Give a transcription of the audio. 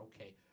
okay